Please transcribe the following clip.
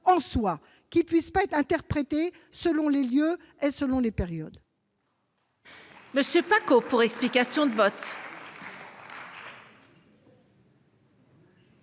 en soi, qui ne puissent pas être interprétées selon les lieux et les périodes